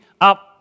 up